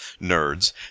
nerds